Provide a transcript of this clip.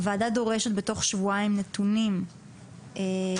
הוועדה דורשת בתוך שבועיים נתונים שנתיים